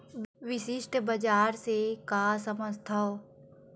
विशिष्ट बजार से का समझथव?